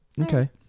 Okay